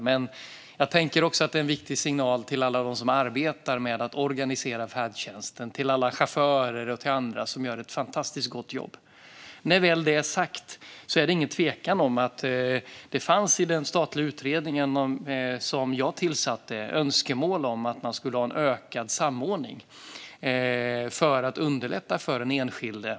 Men jag tänker att detta är en viktig signal till alla som arbetar med att organisera färdtjänsten, till alla chaufförer och till andra som gör ett fantastiskt gott jobb. När det väl är sagt kan jag säga: Det är ingen tvekan om att det i den statliga utredning som jag tillsatte fanns önskemål om att man skulle ha en ökad samordning för att underlätta för den enskilde.